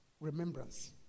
remembrance